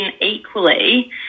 equally